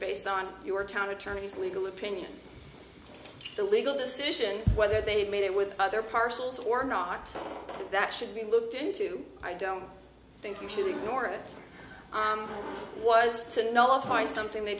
based on your town attorney's legal opinion the legal decision whether they made it with other parcels or not that should be looked into i don't think you should ignore it was to nullify something they